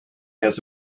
has